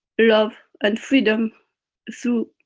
love and freedom through,